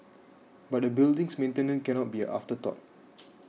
but a building's maintenance cannot be afterthought